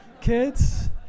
kids